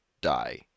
die